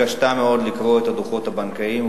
התקשתה מאוד לקרוא את הדוחות הבנקאיים,